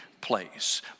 place